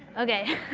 okay.